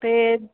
ਅਤੇ